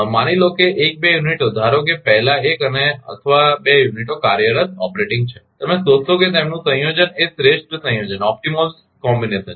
માની લો કે 1 2 યુનિટો ધારો કે પહેલા 1 અથવા 2 યુનિટો કાર્યરત છે અને તમે શોધશો કે તેમનું સંયોજન એ શ્રેષ્ઠ સંયોજન છે